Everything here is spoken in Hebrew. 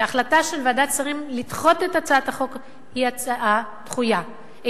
כי ההחלטה של ועדת שרים לדחות את הצעת החוק היא הצעה לא ראויה,